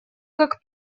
как